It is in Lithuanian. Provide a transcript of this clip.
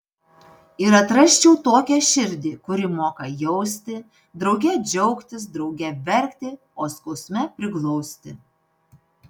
ir atrasčiau tokią širdį kuri moka jausti drauge džiaugtis drauge verkti o skausme priglausti